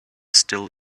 still